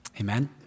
Amen